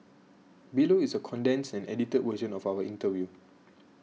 below is a condensed and edited version of our interview